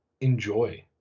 enjoy